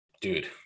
dude